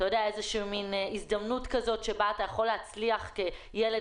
איזו הזדמנות בה אתה יכול להצליח כילד